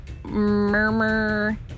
Murmur